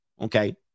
Okay